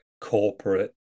corporate